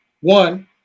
one